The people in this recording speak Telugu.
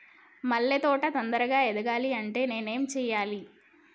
మల్లె తోట తొందరగా ఎదగాలి అంటే నేను ఏం చేయాలి?